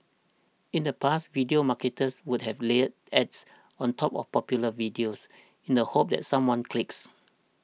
in the past video marketers would have layered ads on top of popular videos in the hope that someone clicks